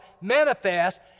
manifest